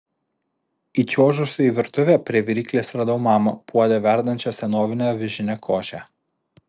įčiuožusi į virtuvę prie viryklės radau mamą puode verdančią senovinę avižinę košę